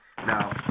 Now